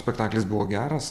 spektaklis buvo geras